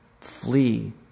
flee